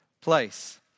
place